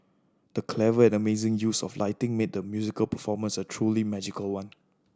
the clever and amazing use of lighting made the musical performance a truly magical one